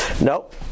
nope